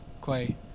Clay